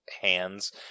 hands